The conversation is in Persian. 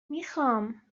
میخام